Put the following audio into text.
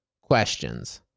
questions